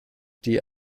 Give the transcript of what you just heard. die